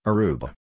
Aruba